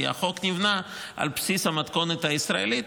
כי החוק נבנה על בסיס המתכונת הישראלית,